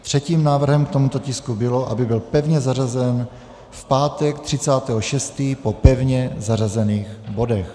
Třetím návrhem k tomuto tisku bylo, aby byl pevně zařazen v pátek 30. 6. po pevně zařazených bodech.